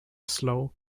slow